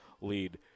lead